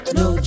no